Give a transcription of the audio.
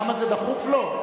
למה זה דחוף לו?